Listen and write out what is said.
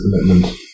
commitment